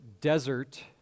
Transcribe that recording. desert